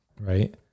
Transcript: right